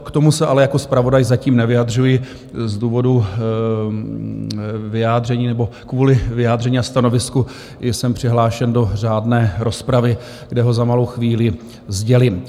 K tomu se ale jako zpravodaj zatím nevyjadřuji z důvodu vyjádření nebo kvůli vyjádření a stanovisku, jsem přihlášen do řádné rozpravy, kde ho za malou chvíli sdělím.